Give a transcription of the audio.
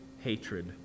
hatred